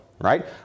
right